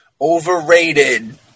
Overrated